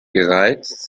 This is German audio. gereizt